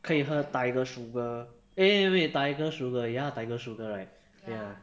可以喝 tiger sugar eh wait tiger sugar ya tiger sugar right ya